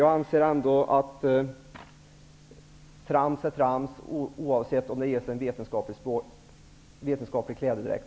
Jag anser att trams är trams, oavsett om det ges en vetenskaplig klädedräkt.